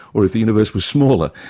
or if the universe were smaller?